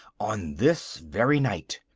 on this very night,